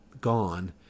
gone